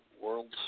World's